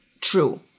True